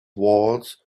walls